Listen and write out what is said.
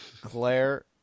Claire